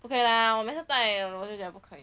不可以啦我们 just 戴了我们就讲不可以